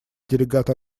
делегат